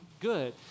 Good